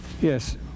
Yes